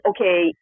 okay